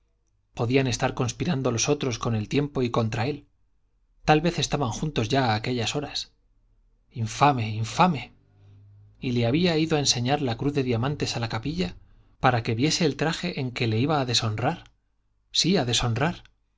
podían estar conspirando los otros con el tiempo y contra él tal vez estaban juntos ya a aquellas horas infame infame y le había ido a enseñar la cruz de diamantes a la capilla para que viese el traje en que le iba a deshonrar sí a deshonrar